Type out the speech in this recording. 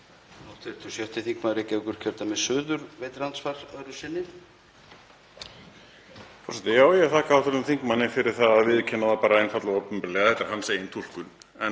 þetta sé hans eigin túlkun.